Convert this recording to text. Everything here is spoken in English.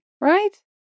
Right